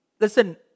listen